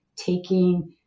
taking